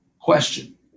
question